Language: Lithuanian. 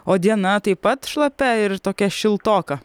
o diena taip pat šlapia ir tokia šiltoka